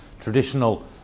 traditional